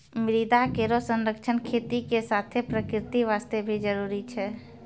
मृदा केरो संरक्षण खेती के साथें प्रकृति वास्ते भी जरूरी छै